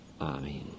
Amen